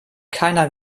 keiner